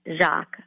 Jacques